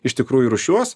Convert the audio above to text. iš tikrųjų rūšiuos